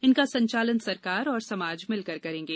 इनका संचालन सरकार और समाज मिलकर करेंगे